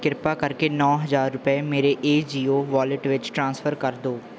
ਕਿਰਪਾ ਕਰਕੇ ਨੌਂ ਹਜ਼ਾਰ ਰੁਪਏ ਮੇਰੇ ਏ ਜੀਓ ਵਾਲੇਟ ਵਿੱਚ ਟ੍ਰਾਂਸਫਰ ਕਰ ਦਿਓ